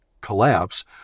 collapse